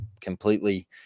completely